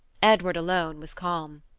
edward alone was calm.